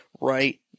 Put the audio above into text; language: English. right